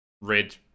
red